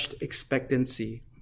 expectancy